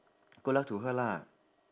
good luck to her lah